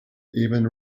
even